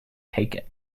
take